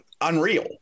unreal